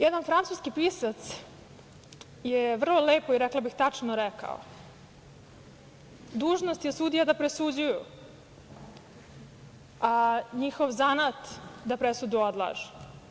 Jedan francuski pisac je vrlo lepo, rekla bih, tačno rekao – dužnost je sudija da presuđuju, a njihov zanat da presudu odlažu.